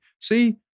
See